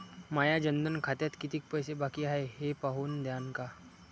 माया जनधन खात्यात कितीक पैसे बाकी हाय हे पाहून द्यान का?